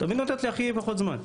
את תמיד נותנת לי הכי פחות זמן.